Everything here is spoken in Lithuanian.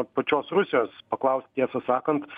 pačios rusijos paklaust tiesą sakant